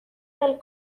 del